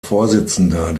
vorsitzender